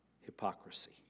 hypocrisy